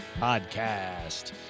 podcast